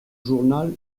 journal